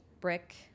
brick